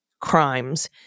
crimes